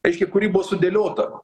reiškia kuri buvo sudėliota